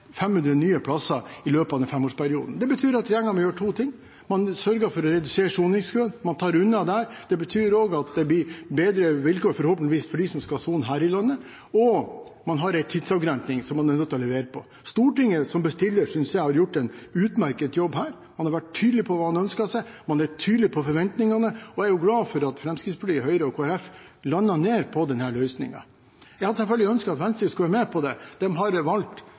500 nye plasser i løpet av en femårsperiode. Det betyr at regjeringen må gjøre to ting: Man sørger for å redusere soningskøen – man tar unna der. Det betyr også at det forhåpentligvis blir bedre vilkår for dem som skal sone her i landet. Og man har en tidsavgrensning som man er nødt til å levere på. Stortinget som bestiller har her gjort en utmerket jobb. Man har vært tydelig på hva man har ønsket seg, man er tydelig på forventningene, og jeg er glad for at Fremskrittspartiet, Høyre og Kristelig Folkeparti landet på denne løsningen. Jeg hadde selvfølgelig ønsket av Venstre skulle være med på det. De har valgt,